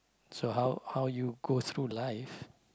so how how you go through life